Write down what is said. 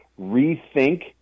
rethink